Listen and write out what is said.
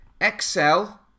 Excel